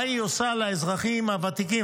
מה היא עושה לאזרחים הוותיקים.